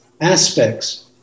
aspects